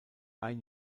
ein